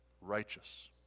righteous